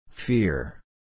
Fear